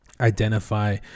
identify